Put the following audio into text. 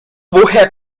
woher